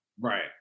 Right